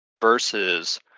versus